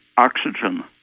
oxygen